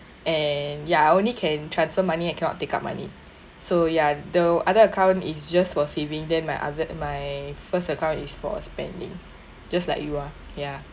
and ya I only can transfer money and cannot take out money so ya though other account is just for saving then my other my first account is for spending just like you ah ya